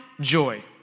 joy